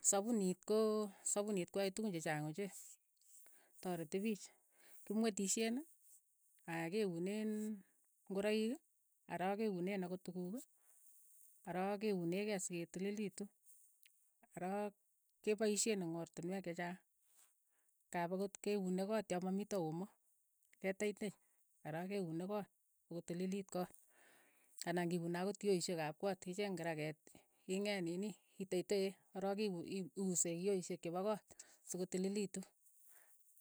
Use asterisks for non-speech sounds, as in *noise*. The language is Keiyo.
Sapunit koo sapunit ko ae tukun chechaang ochei, tareti piich, kimwetishen, aya keuneen ngoroik, arook keuneen akot tukuuk, arok keunekei se ke tililitu, orok kepaisheen eng' ortinweek chechaang, kaap akot ke unee koot ya mamito omo, ke teitei. ko rook ke unee koot, so ko tililiit koot, anan ki unee akot kioisheek ap koot, icheeng kirakeet, ingeet nini iteitee korook *unintelligible* ii usee kiooisheek chepo koot, so ko tililitu.